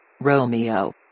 Romeo